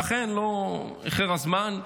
ואכן, לא איחר הזמן,